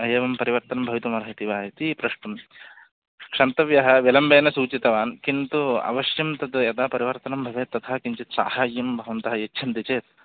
एवं परिवर्तनं भवितुमर्हति वा इति पृष्टुं क्षन्तव्यः विलम्बेन सूचितवान् किन्तु अवश्यं तद् यदा परिवर्तनं भवेत् तथा किञ्चित् सहायं भवन्तः यच्छन्ति चेत्